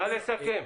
נא לסכם.